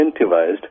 incentivized